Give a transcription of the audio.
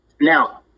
Now